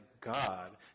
God